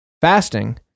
fasting